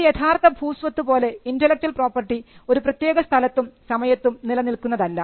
ഒരു യഥാർത്ഥ ഭൂസ്വത്ത് പോലെ ഇന്റെലക്ച്വൽ പ്രോപ്പർട്ടി ഒരു പ്രത്യേക സ്ഥലത്തും സമയത്തും നിലനിൽക്കുന്നതല്ല